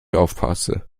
aufpasse